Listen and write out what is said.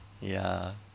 ya